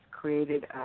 created